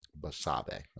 Basabe